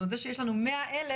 זה שיש לנו 100,000,